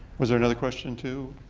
was there another question too?